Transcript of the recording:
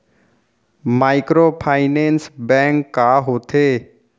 Microfinance bank का होथे?